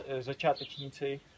začátečníci